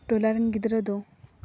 ᱴᱚᱞᱟ ᱨᱮᱱ ᱜᱤᱫᱽᱨᱟᱹ ᱫᱚ